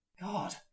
God